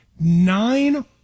nine